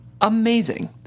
amazing